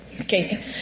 Okay